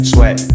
Sweat